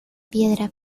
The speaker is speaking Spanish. piedra